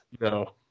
No